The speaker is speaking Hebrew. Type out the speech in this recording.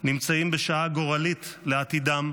נמצאים בשעה גורלית לעתידם.